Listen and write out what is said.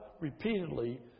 repeatedly